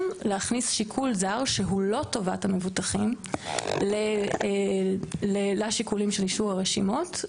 להכניס שיקול זר שהוא לא טובת המבוטחים לשיקולים של אישור הרשימות,